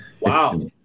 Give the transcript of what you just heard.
Wow